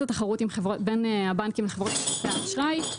התחרות בין הבנקים לחברות כרטיסי אשראי.